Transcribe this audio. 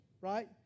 right